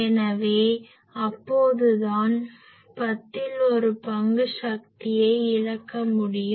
எனவே அப்போது தான் பத்தில் ஒரு பங்கு சக்தியை இழக்க முடியும்